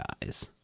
guys